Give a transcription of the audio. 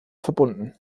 verbunden